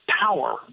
power